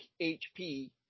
HP